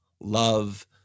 Love